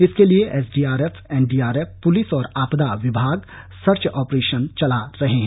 इसके लिए SDRF NDRF police और आपदा विभाग सर्च ऑपरेशन चला रहे हैं